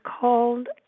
called